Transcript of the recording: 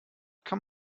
kann